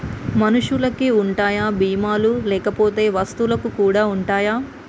మనుషులకి ఉంటాయా బీమా లు లేకపోతే వస్తువులకు కూడా ఉంటయా?